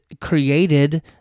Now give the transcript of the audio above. created